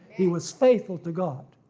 he was faithful to god.